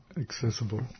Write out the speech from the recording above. accessible